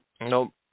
Nope